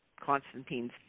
Constantine's